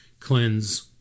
cleanse